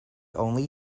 only